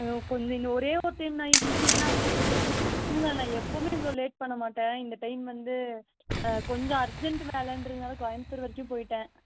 ஐயோ கொஞ்சம் இந்த ஒரே ஒரு டைம் தான் இனிமேல் நான் இல்லை இல்லை எப்பவுமே இவ்வளோ லேட் பண்ண மாட்டேன் இந்த டைம் வந்து கொஞ்சம் அர்ஜென்ட்டு வேலைன்றதுனால கோயம்புத்தூர் வரைக்கும் போய்விட்டேன்